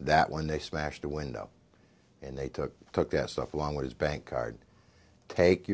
that when they smashed the window and they took a look at stuff along with his bank card take your